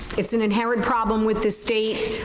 it's an inherent problem with the state.